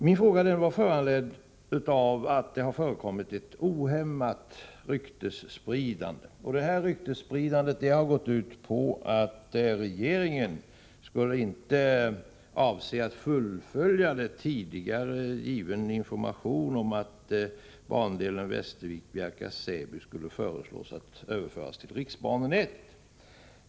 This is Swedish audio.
Min fråga är föranledd av att det har förekommit ett ohämmat ryktesspridande, som gått ut på att regeringen inte skulle avse att fullfölja tidigare given information om att bandelen Västervik-Bjärka-Säby skulle föreslås bli överförd till riksbanenätet.